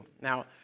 Now